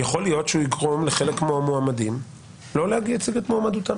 יכול להיות שהוא יגרום לחלק מהמועמדים לא להציג את מועמדותם.